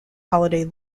holiday